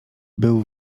był